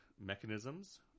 Mechanisms